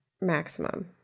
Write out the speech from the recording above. maximum